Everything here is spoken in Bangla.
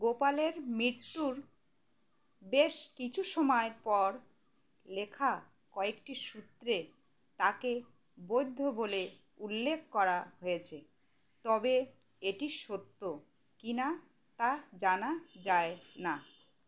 গোপালের মৃত্যুর বেশ কিছু সময়ের পর লেখা কয়েকটি সূত্রে তাকে বৌদ্ধ বলে উল্লেখ করা হয়েছে তবে এটি সত্য কিনা তা জানা যায় না